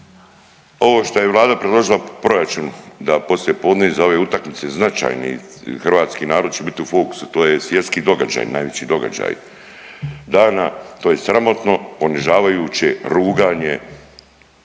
Ovo što je Vlada predložila proračun da poslijepodne iza ove utakmice značajni hrvatski narod će biti u fokusu, to je svjetski događaj, najveći događaj dana. To je sramotno, ponižavajuće ruganje,